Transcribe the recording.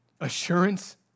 assurance